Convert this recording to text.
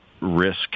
risk